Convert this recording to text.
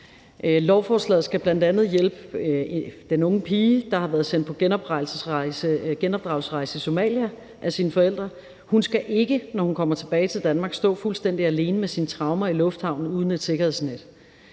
Lovforslaget skal bl.a. hjælpe den unge pige, der har været sendt på genopdragelsesrejse i Somalia af sine forældre. Hun skal ikke, når hun kommer tilbage til Danmark, stå fuldstændig alene med sine traumer i lufthavnen uden et sikkerhedsnet.